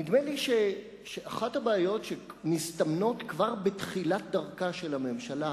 נדמה לי שאחת הבעיות שמסתמנות כבר בתחילת דרכה של הממשלה